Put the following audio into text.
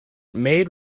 maid